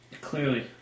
Clearly